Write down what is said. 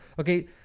Okay